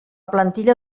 plantilla